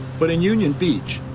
but in union beach,